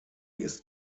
ist